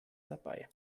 dabei